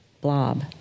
blob